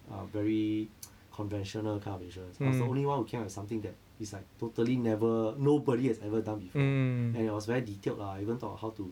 uh very conventional kind of insurance I was the only one who came up with something that is like totally never nobody has ever done before and it was very detailed lah even to about how to